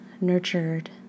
nurtured